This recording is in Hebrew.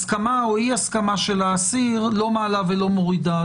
הסכמה או אי הסכמת העציר לא מעלה ולא לא מורידה.